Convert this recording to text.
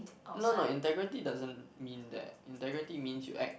no no integrity doesn't mean that integrity means you act